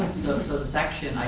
so the section,